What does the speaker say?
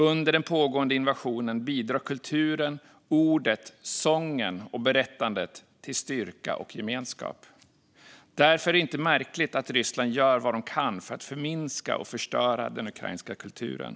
Under den pågående invasionen bidrar kulturen, ordet, sången och berättandet till styrka och gemenskap. Därför är det inte märkligt att Ryssland gör vad de kan för att förminska och förstöra den ukrainska kulturen.